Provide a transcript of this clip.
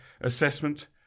assessment